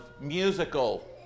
musical